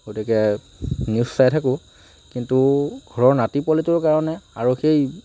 গতিকে নিউজ চাই থাকোঁ কিন্তু ঘৰৰ নাতি পোৱালিটোৰ কাৰণে আৰু সেই